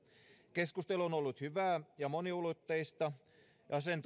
keskustelu on ollut hyvää ja moniulotteista ja sen